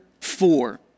four